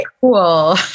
cool